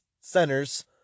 centers